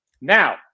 Now